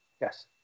Yes